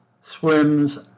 swims